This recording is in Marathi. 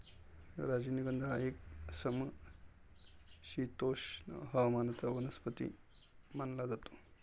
राजनिगंध हा एक समशीतोष्ण हवामानाचा वनस्पती मानला जातो